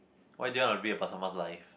why do you want to read about someone's life